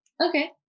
Okay